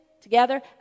Together